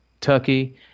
Turkey